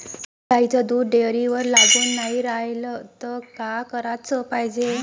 गाईचं दूध डेअरीवर लागून नाई रायलं त का कराच पायजे?